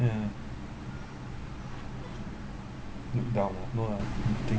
ya no doubt no lah don't think